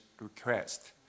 request